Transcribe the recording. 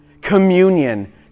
communion